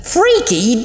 Freaky